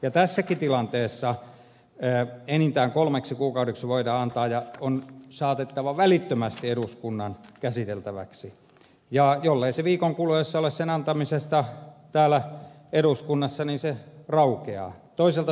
ja tässäkin tilanteessa voidaan valtuudet antaa enintään kolmeksi kuukaudeksi ja ne on saatettava välittömästi eduskunnan käsiteltäväksi ja jollei asia viikon kuluessa antamisesta ole täällä eduskunnassa se raukeaa